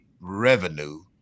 revenue